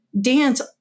dance